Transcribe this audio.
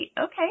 okay